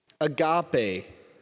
agape